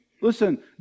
Listen